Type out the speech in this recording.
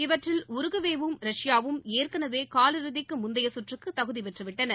இவற்றில் உருகுவேவும் ரஷ்யாவும் ஏற்கனவேகாலிறுதிக்குமுந்தையகற்றுக்குதகுதிபெற்றுவிட்டன